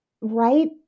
Right